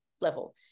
level